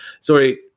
Sorry